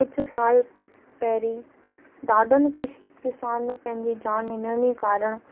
कुझ साल पहिरियों ॾाढनि किश किसान पंहिंजी जान हिननि ई कारण